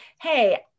Hey